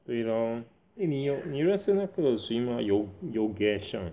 对 loh eh 你有你认识那个谁吗 Yo~ Yogesh ah